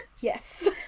Yes